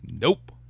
Nope